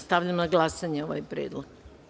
Stavljam na glasanje ovaj predlog.